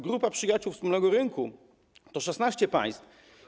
Grupa przyjaciół wspólnego rynku to 16 państw.